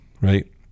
right